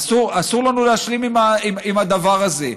אסור לנו להשלים עם הדבר הזה.